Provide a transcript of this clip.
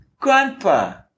grandpa